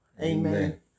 Amen